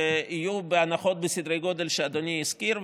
שיהיו הנחות בסדרי גודל שאדוני הזכיר.